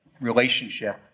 relationship